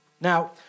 Now